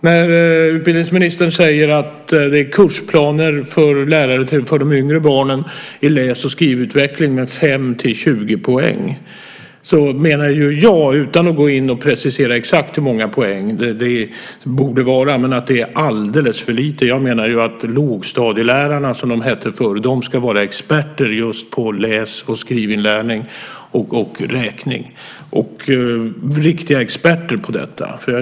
När utbildningsministern talar om kursplaner med 5-20 poäng i läs och skrivutveckling för lärare för de yngre barnen menar jag, utan att gå in och precisera hur många poäng det borde vara, att det är alldeles för lite. Jag anser att lågstadielärarna, som de förr kallades, ska vara riktiga experter på just läs och skrivinlärning samt räkning.